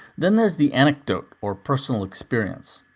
then there's the anecdote or personal experience.